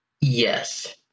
Yes